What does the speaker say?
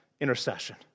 intercession